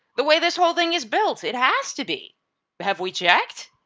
the way this whole thing is built it has to be. but have we checked?